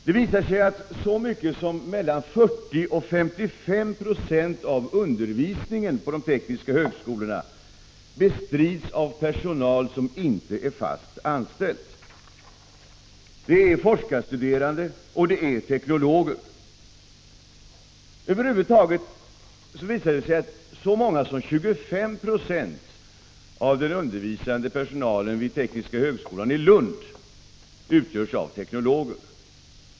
Det visar sig att så mycket som mellan 40 och 55 26 av undervisningen på de tekniska högskolorna meddelas av personal som inte är fast anställd. Det är forskarstuderande och det är teknologer. Så många som 25 26 av den undervisande personalen vid tekniska högskolan i Lund utgörs av teknologer.